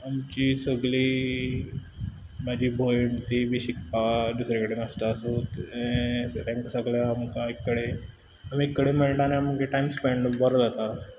आमची सगळीं म्हाजी भयण ती बी शिकपाक दुसरे कडेन आसता सो तें सगळ्यांक आमकां एक कडेन सगळे एक कडेन मेळटा आनी आमगे टायम स्पेन्ड बरो जाता